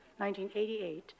1988